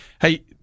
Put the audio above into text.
hey